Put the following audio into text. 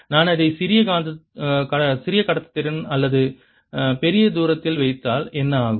நான் அதை சிறிய கடத்துத்திறன் அல்லது பெரிய தூரத்தில் வைத்தால் என்ன ஆகும்